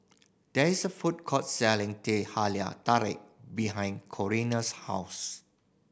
there is a food court selling Teh Halia Tarik behind Corina's house